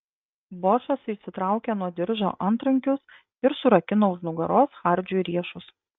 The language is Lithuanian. bošas išsitraukė nuo diržo antrankius ir surakino už nugaros hardžiui riešus